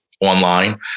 online